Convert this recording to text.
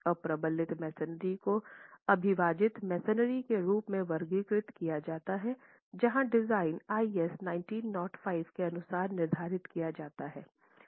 अप्रबलित मैसनरी को अविभाजित मैसनरी के रूप में वर्गीकृत किया जाता है जहां डिजाइन आईएस 1905 के अनुसार निर्धारित किया जाता है